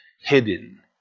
hidden